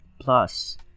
Plus